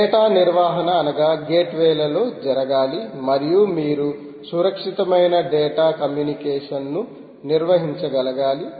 data నిర్వహణ అనేక గేట్వేలలో జరగాలి మరియు మీరు సురక్షితమైన డేటా కమ్యూనికేషన్ను నిర్వహించగలగాలి